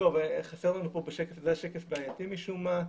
חסר לנו פה בשקף, זה היה שקף בעייתי משום מה.